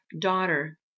daughter